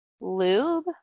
lube